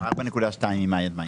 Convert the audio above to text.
4.2% ממאי עד מאי.